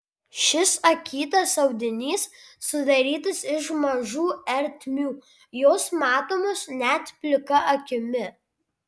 šis akytas audinys sudarytas iš mažų ertmių jos matomos net plika akimi